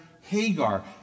Hagar